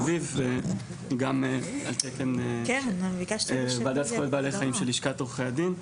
אביב וגם מטעם ועדה לזכויות בעלי חיים של לשכת עורכי הדין.